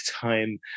time